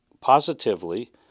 positively